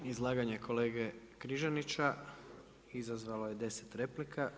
Izlaganje kolege Križanića izazvalo je 10 replika.